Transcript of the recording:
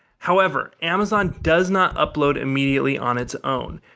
however amazon does not upload immediately on its own.